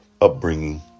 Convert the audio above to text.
upbringing